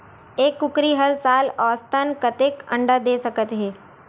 एक कुकरी हर साल औसतन कतेक अंडा दे सकत हे?